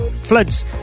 floods